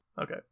Okay